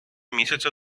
місяця